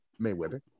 Mayweather